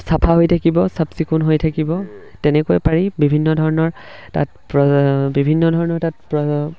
চাফা হৈ থাকিব চাফ চিকুণ হৈ থাকিব তেনেকৈ পাৰি বিভিন্ন ধৰণৰ তাত বিভিন্ন ধৰণৰ তাত